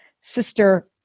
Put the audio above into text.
sister